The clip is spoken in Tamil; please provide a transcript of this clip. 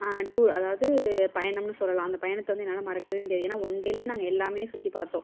டூர் அதாவது பயணமெனு சொல்லலாம் அந்த பயணத்தை வந்து என்னால் மறக்கவே முடியாது ஏன்னால் ஒன் டேலேயே நாங்கள் எல்லாமே சுற்றி பார்த்தோம்